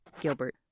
Gilbert